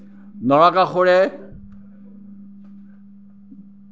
নৰকাসুৰে